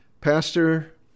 pastor